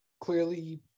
clearly